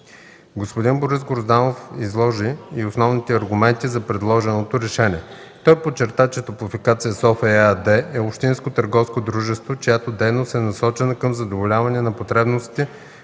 Господин Борис Грозданов изложи и основните аргументи за предложеното решение. Той подчерта, че "Топлофикация София" ЕАД е общинско търговско дружество, чиято дейност е насочена към задоволяване на потребностите